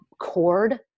cord